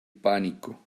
pánico